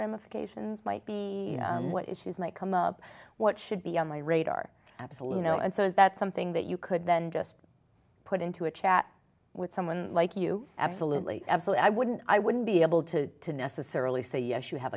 ramifications might be what issues might come up what should be on my radar absolutely no and so is that something that you could then just put into a chat with someone like you absolutely absolutely i wouldn't i wouldn't be able to necessarily say yes you have